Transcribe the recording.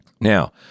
now